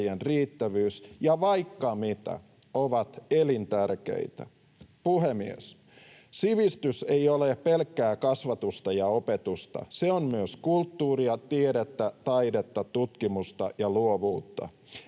ja vaikka mitä, ovat elintärkeitä. Puhemies! Sivistys ei ole pelkkää kasvatusta ja opetusta. Se on myös kulttuuria, tiedettä taidetta, tutkimusta ja luovuutta.